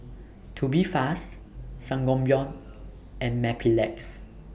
Tubifast Sangobion and Mepilex